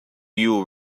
you